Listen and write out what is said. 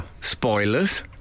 spoilers